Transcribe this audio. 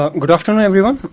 um good afternoon, everyone.